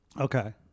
Okay